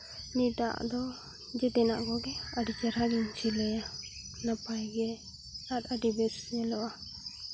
ᱱᱤᱛᱚᱜ ᱫᱚ ᱡᱮᱛᱮᱱᱟᱜ ᱠᱚᱜᱮ ᱟᱹᱰᱤ ᱪᱮᱦᱨᱟ ᱜᱮᱧ ᱥᱤᱞᱟᱹᱭᱟ ᱱᱟᱯᱟᱭ ᱜᱮ ᱟᱨ ᱟᱹᱰᱤ ᱵᱮᱥ ᱧᱮᱞᱚᱜᱼᱟ